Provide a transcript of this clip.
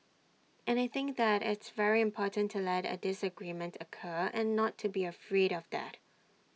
and I think that it's very important to let A disagreement occur and not to be afraid of that